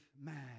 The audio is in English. man